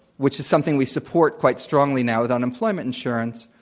which is something we support quite strongly now with unemployment insurance,